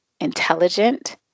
intelligent